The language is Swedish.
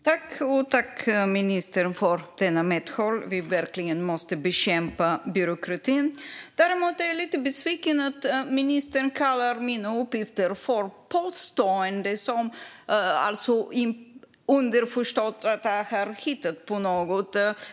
Fru talman! Tack, ministern, för detta medhåll! Vi måste verkligen bekämpa byråkratin. Däremot är jag lite besviken över att ministern kallar mina uppgifter för påståenden och alltså underförstått menar att jag skulle ha hittat på dem.